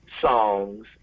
songs